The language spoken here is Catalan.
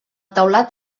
teulat